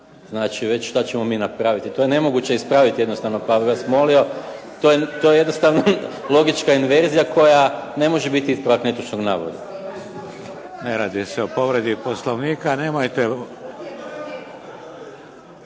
znači već što ćemo mi napraviti. To je nemoguće ispraviti jednostavno, pa bih vas molio, to je jednostavno logička inverzija koja ne može biti ispravak netočnog navoda. **Šeks, Vladimir (HDZ)** Ne radi se povredi Poslovnika. Nemojte.